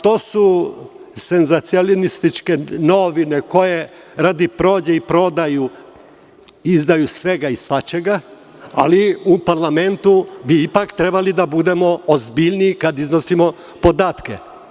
To su senzacionalističke novine koje radi prođe i prodaje izdaju sve i svašta, ali u parlamentu bi ipak trebali da budemo ozbiljniji kada iznosimo podatke.